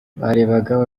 barebaga